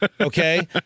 Okay